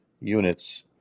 units